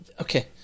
okay